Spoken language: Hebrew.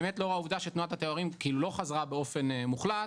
באמת לאור העובדה שתנועת התיירים לא חזרה באופן מוחלט,